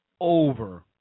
over